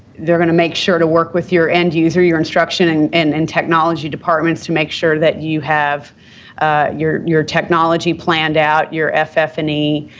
they're going to make sure to work with your end user, your instruction and and and technology departments to make sure that you have ah your your technology planned out, your ff and e.